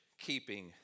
keeping